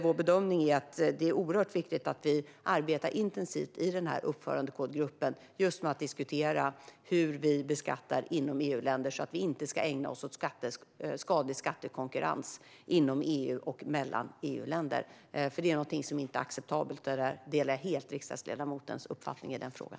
Vår bedömning är att det är oerhört viktigt att vi arbetar intensivt i uppförandekodgruppen med att diskutera hur vi beskattar inom EU-länder, så att vi inte ägnar oss åt skadlig skattekonkurrens inom EU och mellan EU-länder. Det är någonting som inte är acceptabelt. Jag delar helt riksdagsledamotens uppfattning i den frågan.